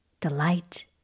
delight